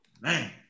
Man